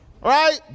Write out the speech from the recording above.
right